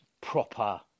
proper